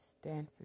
Stanford